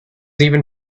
even